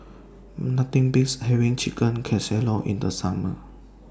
Nothing Beats having Chicken Casserole in The Summer